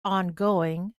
ongoing